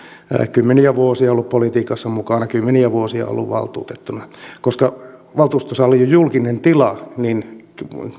kymmeniä vuosia ollut politiikassa kymmeniä vuosia ollut valtuutettuna koska valtuustosali on julkinen tila niin